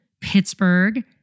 Pittsburgh